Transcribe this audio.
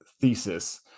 thesis